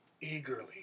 eagerly